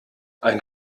ein